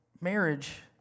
marriage